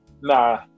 Nah